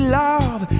love